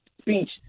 speech